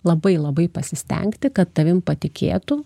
labai labai pasistengti kad tavim patikėtų